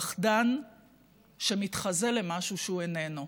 פחדן שמתחזה למשהו שהוא איננו.